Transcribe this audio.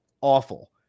awful